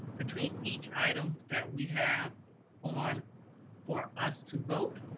between each item that we have on for us to vote,